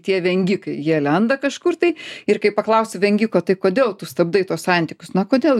tie vengikai jie lenda kažkur tai ir kai paklausi vengikotai kodėl tu stabdai tuos santykius na kodėl